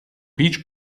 peach